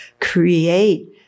create